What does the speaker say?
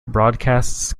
broadcasts